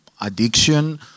addiction